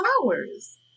flowers